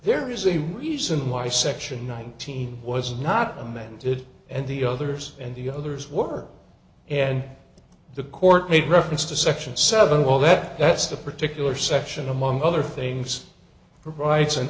there is a reason why section nineteen was not and then did and the others and the others were and the court made reference to section seven well that that's the particular section among other things